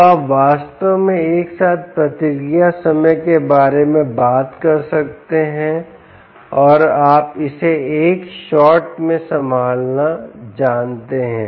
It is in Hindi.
तो आप वास्तव में एक साथ प्रतिक्रिया समय के बारे में बात कर सकते हैं और आप इसे एक शॉट में संभालना जानते हैं